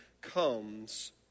comes